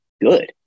good